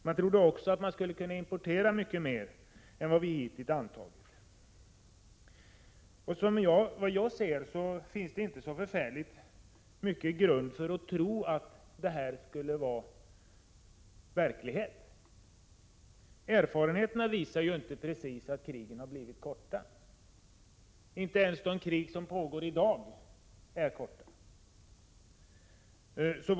Man trodde också att man skulle kunna importera mycket mer än vi hittills antagit. Som jag ser det finns det ingen direkt grund för ett sådant antagande. Erfarenheterna visar inte precis att krigen blivit korta. Inte ens de krig som pågår i dag kommer att bli korta.